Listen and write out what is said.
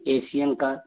Asian का